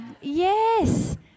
Yes